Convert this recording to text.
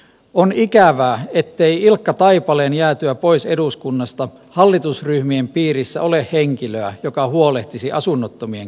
on ikävää ettei ilkka taipaleen jäätyä pois eduskunnasta hallitusryhmien piirissä ole henkilöä joka huolehtisi asunnottomien kohtalosta